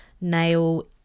Nail